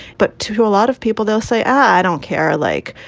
but to a lot of people, they'll say, i don't care. like,